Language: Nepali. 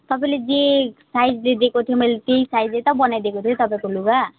तपाईँले जे साइज दिएको थियो मैले त्यही साइजै त बनाइदिएको थिएँ तपाईँको लुगा